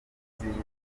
z’ibibi